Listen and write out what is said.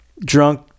drunk